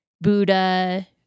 buddha